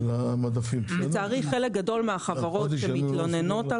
לצערי חלק גדול מהחברות שמתלוננות על